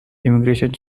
immigration